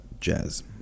jazz